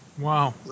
Wow